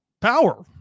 power